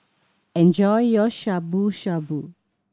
enjoy your Shabu Shabu